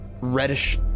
reddish